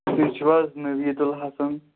تُہۍ چھُو حظ نویدُ الحَسن